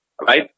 right